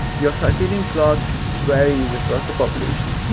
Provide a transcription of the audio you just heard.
your circadian clock varies across the population.